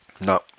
No